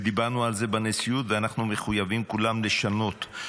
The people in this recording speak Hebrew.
ודיברנו על זה בנשיאות ואנחנו מחויבים כולם לשנות,